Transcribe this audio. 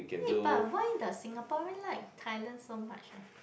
eh but why does Singaporean like Thailand so much ah